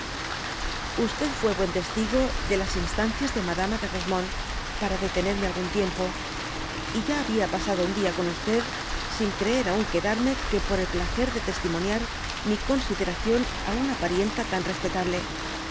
fué buen testigo de las instancias de madama de rosemonde para detenerme algún tiempo y ya habia pasado un día con sin creer aun quedarme que por el placer de testimoniar mi consideracbn á una parienta tan respetaue